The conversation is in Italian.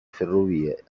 ferrovie